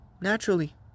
naturally